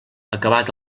acabat